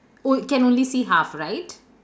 onl~ can only see half right